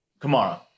Kamara